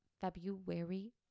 February